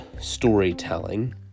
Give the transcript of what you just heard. storytelling